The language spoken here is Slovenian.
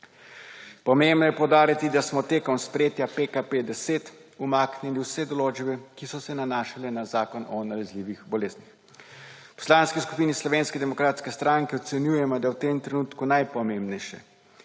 Pomembno je poudariti, da smo tekom sprejetja PKP10 umaknili vse določbe, ki so se nanašale na Zakon o nalezljivih boleznih. V Poslanski skupini Slovenske demokratske stranke ocenjujemo, da je v tem trenutku najpomembnejše,